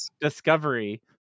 discovery